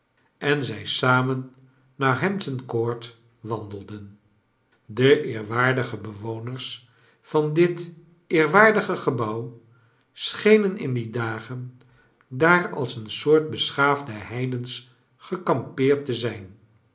en zij samen naar hampton court wandelden de eerwaardige bewoners van dit eerwaardige gebouw schenen in die dagen daar als een soort beschaafde heidens gekampeerd te zijn